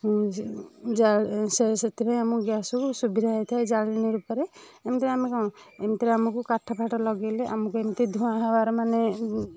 ଜାଳେ ସେଥିପାଇଁ ଆମୁକୁ ଗ୍ୟାସକୁ ସୁବିଧା ହେଇଥାଏ ଜାଳେଣୀ ରୂପରେ ଏମିତି ଆମେ କ'ଣ ଏମିତିରେ ଆମକୁ କାଠଫାଠ ଲଗାଇଲେ ଆମକୁ ଏମିତି ଧୂଆଁ ହବାର ମାନେ